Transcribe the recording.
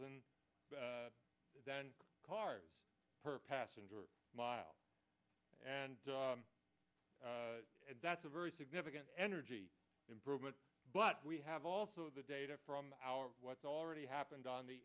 less than cars per passenger mile and that's a very significant energy improvement but we have also the data from our what's already happened on the